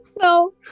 No